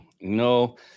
no